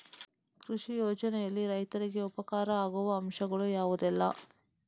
ಕೃಷಿ ಯೋಜನೆಯಲ್ಲಿ ರೈತರಿಗೆ ಉಪಕಾರ ಆಗುವ ಅಂಶಗಳು ಯಾವುದೆಲ್ಲ?